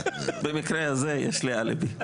במקרה הזה יש לי אליבי.